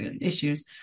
issues